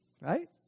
right